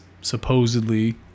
supposedly